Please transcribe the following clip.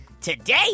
Today